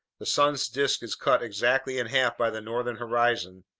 the sun's disk is cut exactly in half by the northern horizon,